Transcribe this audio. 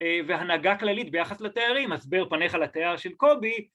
והנהגה כללית ביחס לתארים, הסבר פניך לתייר של קובי.